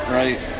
right